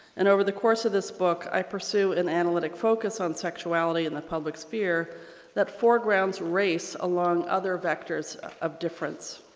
and over the course of this book i pursue an analytic focus on sexuality in the public sphere that foregrounds race along other vectors of difference.